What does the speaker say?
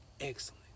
excellent